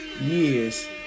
years